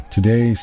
Today